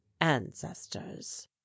ancestors